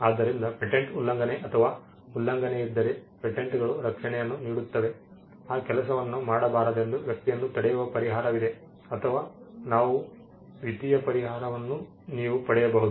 ಆದ್ದರಿಂದ ಪೇಟೆಂಟ್ ಉಲ್ಲಂಘನೆ ಅಥವಾ ಉಲ್ಲಂಘನೆಯಿದ್ದರೆ ಪೇಟೆಂಟ್ಗಳು ರಕ್ಷಣೆಯನ್ನು ನೀಡುತ್ತವೆ ಆ ಕೆಲಸವನ್ನು ಮಾಡಬಾರದೆಂದು ವ್ಯಕ್ತಿಯನ್ನು ತಡೆಯುವ ಪರಿಹಾರವಿದೆ ಅಥವಾ ನಾವು ವಿತ್ತೀಯ ಪರಿಹಾರವನ್ನು ನೀವು ಪಡೆಯಬಹುದು